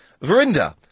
Verinda